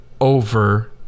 over